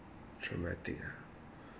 traumatic ah